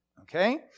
okay